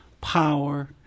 power